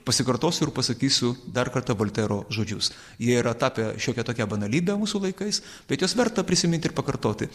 pasikartosiu ir pasakysiu dar kartą voltero žodžius jie yra tapę šiokia tokia banalybe mūsų laikais bet juos verta prisiminti ir pakartoti